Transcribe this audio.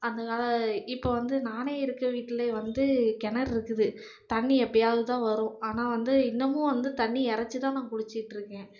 அந்தக்காலம் இப்போ வந்து நானே இருக்க வீட்டிலே வந்து கிணறு இருக்குது தண்ணி எப்பயாவுதுதான் வரும் ஆனால் வந்து இன்னமும் வந்து தண்ணி இறைச்சிதான் நான் குளிச்சிட்டிருக்கேன்